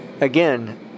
again